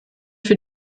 für